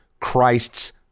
Christ's